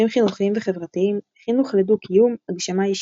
חינוכיים וחברתיים; חינוך לדו-קיום; הגשמה אישית.